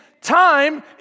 time